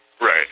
Right